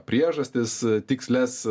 priežastis tikslias